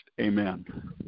amen